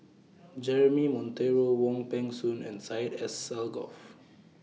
Jeremy Monteiro Wong Peng Soon and Syed Alsagoff